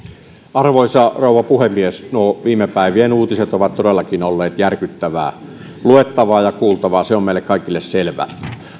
arvoisa rouva puhemies nuo viime päivien uutiset ovat todellakin olleet järkyttävää luettavaa ja kuultavaa se on meille kaikille selvää